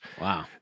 wow